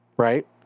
right